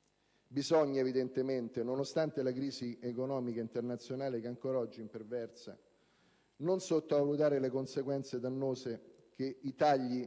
Non si possono, nonostante la crisi economica internazionale che ancora oggi imperversa, sottovalutare le conseguenze dannose dei tagli